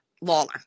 Lawler